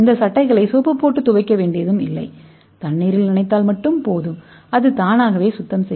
நாம் வெறுமனே சட்டையை தண்ணீரில் நனைக்க முடியும் அது தானாகவே சுத்தம் செய்யும்